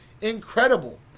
Incredible